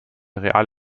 real